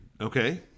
Okay